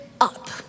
up